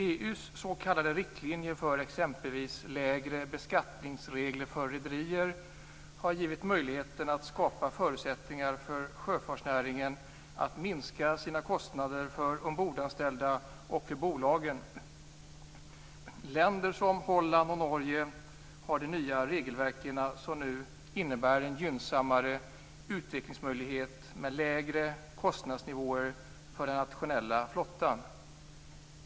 EU:s s.k. riktlinjer för exempelvis regler för lägre beskattning av rederier har skapat förutsättningar för sjöfartsnäringen att minska sina kostnader för ombordanställda och för bolag. Länder som Holland och Norge har nya regelverk, som innebär gynnsammare utvecklingsmöjligheter med lägre kostnadsnivåer för den nationella flottan.